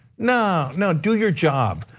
no, no, do your job.